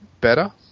better